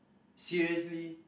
seriously